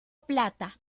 plata